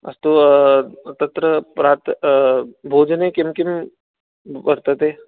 अस्तु तत्र प्रात् भोजने किं किं वर्तते